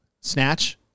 snatch